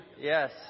Yes